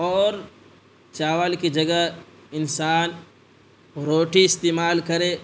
اور چاول کی جگہ انسان روٹی استعمال کرے